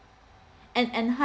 and enhance